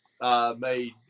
made